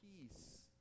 peace